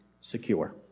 secure